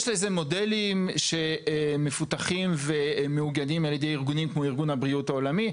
יש לזה מודלים מפותחים על ידי ארגונים כמו ארגון הבריאות העולמי.